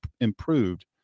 improved